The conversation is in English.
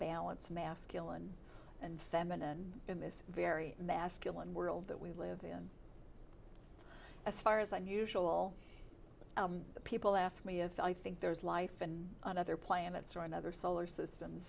balance masculine and feminine in this very masculine world that we live in a fire is unusual people ask me if i think there's life and other planets around other solar systems